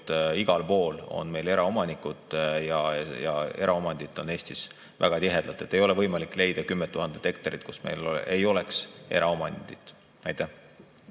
igal pool on meil eraomanikud ja eraomandit on Eestis väga tihedalt. Ei ole võimalik leida 10 000 hektarit, kus meil ei oleks eraomandit. Mart